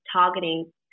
targeting